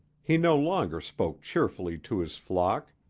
he no longer spoke cheerfully to his flock,